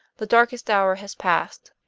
the darkest hour has passed.